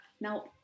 Now